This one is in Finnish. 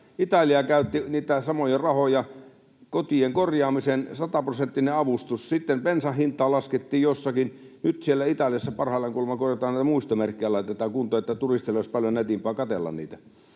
Italia käytti niitä samoja rahoja kotien korjaamiseen, sataprosenttinen avustus, sitten bensan hintaa laskettiin jossakin, ja nyt siellä Italiassa parhaillaan kuulemma muistomerkkejä laitetaan kuntoon, niin että turisteilla olisi paljon nätimpää katsella niitä.